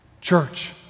Church